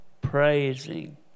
praising